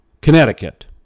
Connecticut